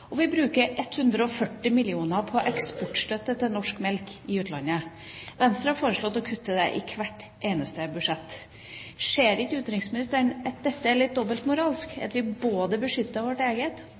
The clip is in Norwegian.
og vi bruker 140 mill. kr på eksportstøtte til norsk melk i utlandet. Venstre har foreslått å kutte det i hvert eneste budsjett. Ser ikke utenriksministeren at dette er litt